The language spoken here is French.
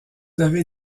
avez